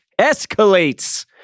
escalates